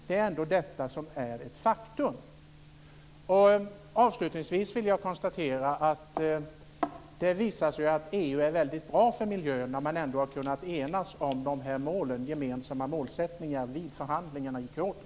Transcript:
Det är ändå ett faktum. Avslutningsvis vill jag konstatera att det har visat sig att EU är väldigt bra för miljön eftersom man ändå har kunnat enas om gemensamma målsättningar vid förhandlingarna i Kyoto.